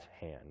hand